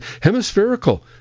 Hemispherical